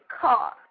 car